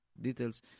details